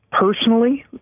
personally